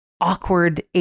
awkward